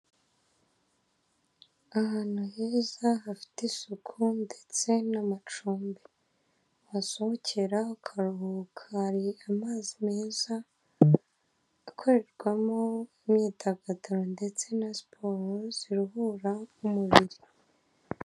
Ahantu heza hafite isuku ndetse n'amacumbi wasohokera ukaruhuka, hari amazi meza akorerwamo imyidagaduro ndetse na siporo ziruhura imiruho.